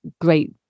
great